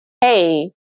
hey